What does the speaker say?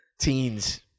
Teens